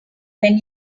when